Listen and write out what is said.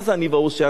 שואל ה"תוספות".